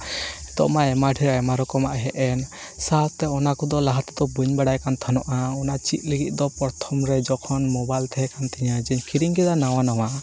ᱱᱤᱛᱳᱜ ᱢᱟ ᱟᱭᱢᱟ ᱰᱷᱮᱨ ᱟᱭᱢᱟ ᱨᱚᱠᱚᱢᱟᱜ ᱦᱮᱡ ᱮᱱ ᱥᱟᱶᱛᱮ ᱚᱱᱟ ᱠᱚᱫᱚ ᱞᱟᱦᱟ ᱛᱮᱫᱚ ᱵᱟᱹᱧ ᱵᱟᱲᱟᱭ ᱠᱟᱱ ᱛᱟᱦᱮᱱᱟ ᱚᱱᱟ ᱪᱮᱫ ᱞᱟᱹᱜᱤᱫ ᱫᱚ ᱯᱨᱚᱛᱷᱚᱢ ᱨᱮ ᱡᱚᱠᱷᱚᱱ ᱢᱳᱵᱟᱭᱤᱞ ᱛᱮᱦᱮᱠᱟᱱ ᱛᱤᱧᱟᱹ ᱡᱮ ᱠᱤᱨᱤᱧ ᱠᱮᱫᱟ ᱱᱟᱣᱟ